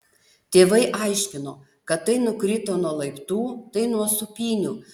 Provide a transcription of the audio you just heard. tėvai aiškino kad tai nukrito nuo laiptų tai nuo sūpynių